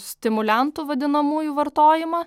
stimuliantų vadinamųjų vartojimą